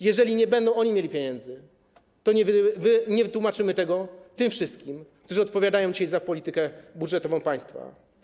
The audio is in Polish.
Jeżeli oni nie będą mieli pieniędzy, to nie wytłumaczymy tego tym wszystkim, którzy odpowiadają dzisiaj za politykę budżetową państwa.